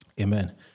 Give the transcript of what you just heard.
Amen